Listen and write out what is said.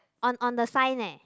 on on the sign eh